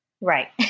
Right